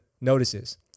notices